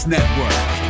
Network